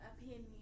opinion